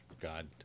God